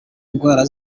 indwara